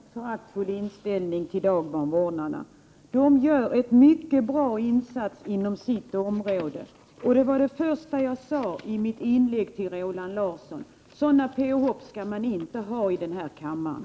Herr talman! Jag har inte någon föraktfull inställning till dagbarnvårdare. De gör en mycket bra insats inom sitt område. Det var det första jag sade i mitt inlägg till Roland Larsson, sådana påhopp skall man inte ha i den här kammaren.